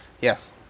Yes